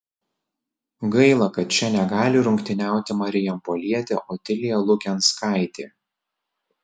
gaila kad čia negali rungtyniauti marijampolietė otilija lukenskaitė